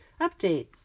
Update